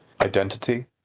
identity